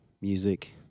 music